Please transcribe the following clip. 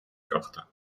გახდა